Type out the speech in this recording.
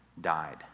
died